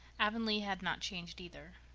avonlea had not changed, either.